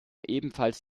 ebenfalls